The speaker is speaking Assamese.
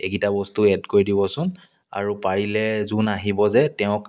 এইকেইটা বস্তু এড কৰি দিবচোন আৰু পাৰিলে যোন আহিব যে তেওঁক